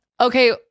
okay